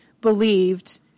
believed